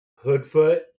Hoodfoot